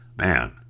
Man